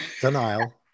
denial